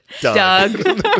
Doug